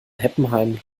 heppenheim